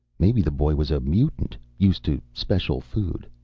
maybe the boy was a mutant, used to special food.